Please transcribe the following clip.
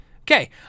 okay